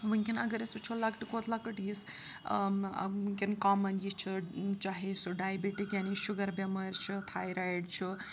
وٕنۍکٮ۪ن اگر أسۍ وٕچھو لۄکٹہِ کھۄتہٕ لۄکٕٹ یِس وٕنۍکٮ۪ن کامَن یہِ چھُ چاہے سُہ ڈایبِٹِک یعنی شُگَر بٮ۪مٲرۍ چھُ تھایرایِڈ چھُ